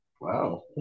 Wow